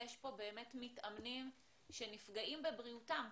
יש פה באמת מתאמנים שנפגעים בבריאותם.